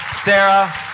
Sarah